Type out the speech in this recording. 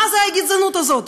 מה זו הגזענות הזאת?